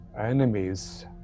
enemies